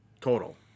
total